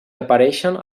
apareixen